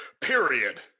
Period